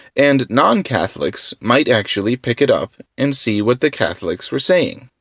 and non-catholics might actually pick it up and see what the catholics were saying.